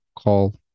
call